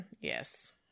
Yes